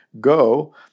go